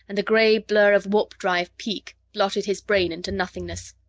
and the gray blur of warp-drive peak blotted his brain into nothingness.